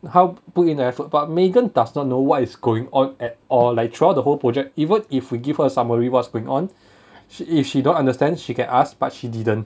他 put in the effort but megan does not know what is going on at all like throughout the whole project even if we give her a summary what's going on she if she don't understand she can ask but she didn't